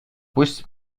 пусть